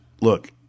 look